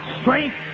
strength